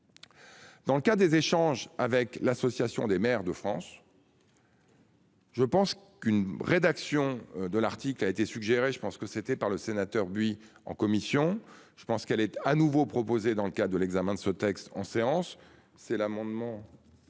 Dans le cas des échanges avec l'Association des maires de France. Je pense qu'une rédaction de l'article a été suggéré. Je pense que c'était par le sénateur Buy en commission, je pense qu'elle est à nouveau proposée dans le cas de l'examen de ce texte en séance,